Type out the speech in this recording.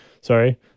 sorry